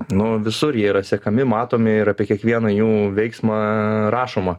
nu visur jie yra sekami matomi ir apie kiekvieną jų veiksmą rašoma